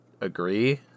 agree